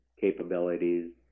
capabilities